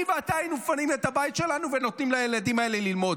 אני ואתה היינו מפנים את הבית שלנו ונותנים לילדים האלה ללמוד.